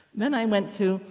then i went to,